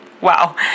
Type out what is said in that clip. Wow